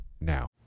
now